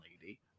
lady